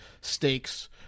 stakes